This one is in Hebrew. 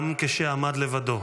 גם כשעמד לבדו.